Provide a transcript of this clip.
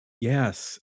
Yes